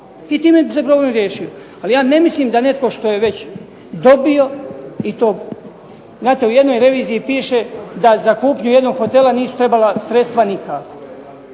I time bi se problem riješio. Ali ja ne mislim da netko što je već dobio i to, znate u jednoj reviziji piše da za kupnju jednog hotela nisu trebala sredstva nikako.